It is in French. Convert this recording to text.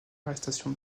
arrestation